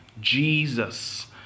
Jesus